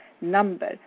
number